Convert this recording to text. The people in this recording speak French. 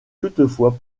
toutefois